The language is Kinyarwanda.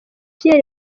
pierre